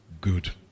good